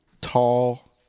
tall